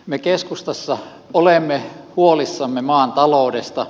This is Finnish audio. me keskustassa olemme huolissamme maan taloudesta